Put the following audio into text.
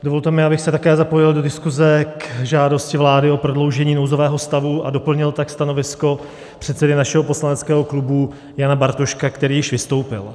Dovolte mi, abych se také zapojil do diskuse k žádosti vlády o prodloužení nouzového stavu a doplnil tak stanovisko předsedy našeho poslaneckého klubu Jana Bartoška, který již vystoupil.